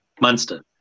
Munster